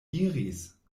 iris